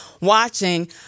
watching